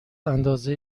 اندازه